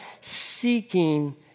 Seeking